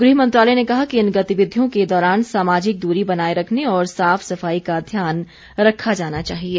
गृह मंत्रालय ने कहा कि इन गतिविधियों के दौरान सामाजिक दूरी बनाये रखने और साफ सफाई का ध्यान रखा जाना चाहिये